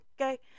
Okay